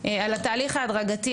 על התכנון של כל הדבר הזה,